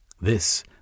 This